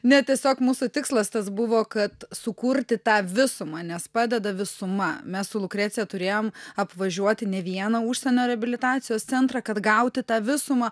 ne tiesiog mūsų tikslas tas buvo kad sukurti tą visumą nes padeda visuma mes su lukrecija turėjom apvažiuoti ne vieną užsienio reabilitacijos centrą kad gauti tą visumą